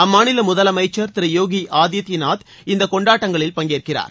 அம்மாநில முதலமைச்சர் திரு யோகி ஆதித்பநாத் இந்தக் கொண்டாட்டத்தில் பங்கேற்கிறார்